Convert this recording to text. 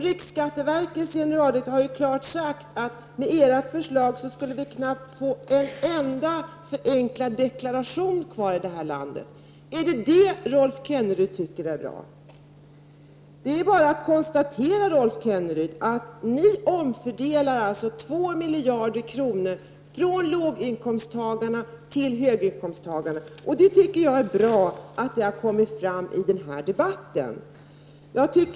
Riksskatteverkets generaldirektör har klart sagt att man med centerns förslag skulle få knappt en enda förenklad deklaration kvar i det här landet. Är det detta som Rolf Kenneryd tycker är bra? Rolf Kenneryd, det är bara att konstatera att ni i centern omfördelar 2 miljarder från låginkomsttagarna till höginkomsttagarna. Jag tycker att det är bra att det har kommit fram i den här debatten.